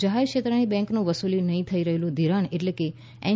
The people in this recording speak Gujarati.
જાહેર ક્ષેત્રની બેન્કનું વસૂલ નહીં થઈ રહેલું ઘિરાણ એટલે કે એન